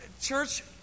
church